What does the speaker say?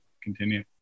continue